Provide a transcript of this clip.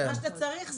מה שאתה צריך,